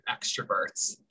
extroverts